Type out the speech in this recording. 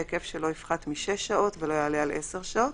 בהיקף שלא יפחת מ-6 שעות ולא יעלה על 10 שעות,